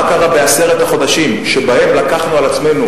מה קרה בעשרת החודשים שבהם לקחנו על עצמנו